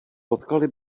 potkali